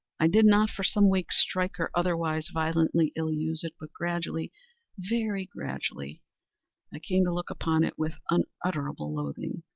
i did not, for some weeks, strike, or otherwise violently ill use it but gradually very gradually i came to look upon it with unutterable loathing,